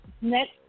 next